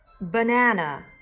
Banana